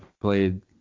played